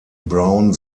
brown